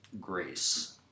grace